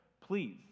Please